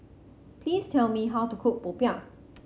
please tell me how to cook popiah